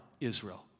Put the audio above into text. Israel